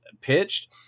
pitched